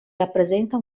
rappresenta